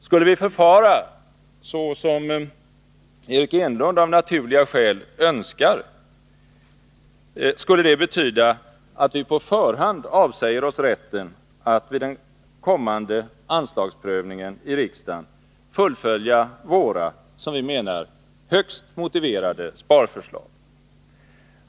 Skulle vi förfara så som Eric Enlund av naturliga skäl önskar, skulle det betyda att vi på förhand avsäger oss rätten att vid den kommande anslagsprövningen i riksdagen fullfölja våra, som vi menar, högst motiverade sparförslag.